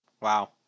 Wow